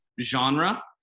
genre